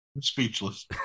Speechless